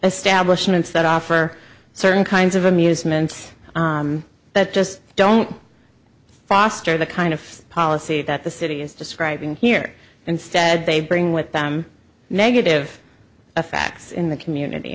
establishment that offer certain kinds of amusements that just don't foster the kind of policy that the city is describing here instead they bring with them negative effects in the community